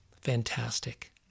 Fantastic